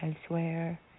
elsewhere